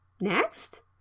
Next